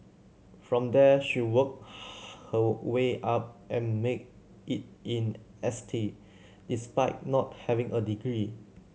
from there she worked her way up and made it in S T despite not having a degree